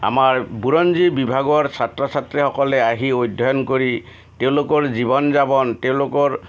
আমাৰ বুৰঞ্জী বিভাগৰ ছাত্ৰ ছাত্ৰীসকলে আহি অধ্যয়ন কৰি তেওঁলোকৰ জীৱন যাপন তেওঁলোকৰ